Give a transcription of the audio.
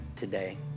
today